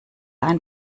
ein